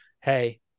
Hey